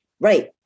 Right